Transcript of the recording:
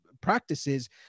practices